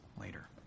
later